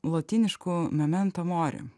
lotynišku memento mori